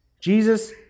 Jesus